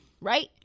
right